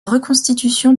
reconstitution